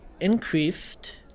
increased